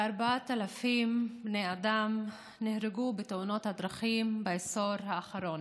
כ-4,000 בני אדם נהרגו בתאונות הדרכים בעשור האחרון,